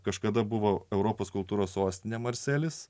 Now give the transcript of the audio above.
kažkada buvo europos kultūros sostinė marselis